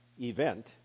event